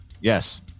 Yes